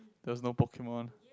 there's no Pokemon